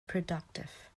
productive